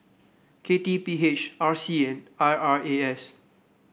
K T P H R C and I R A S